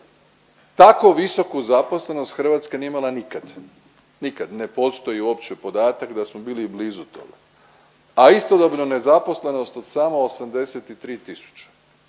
Tako visoku zaposlenost Hrvatska nije imala nikad, nikad. Ne postoji uopće podatak da smo bili i blizu toga, a istodobno nezaposlenost od samo 83 tisuće.